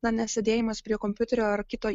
na nes sėdėjimas prie kompiuterio ar kito